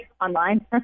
online